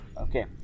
Okay